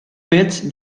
fets